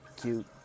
cute